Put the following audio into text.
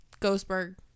Ghostberg